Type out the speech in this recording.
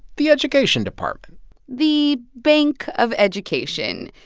the education department the bank of education.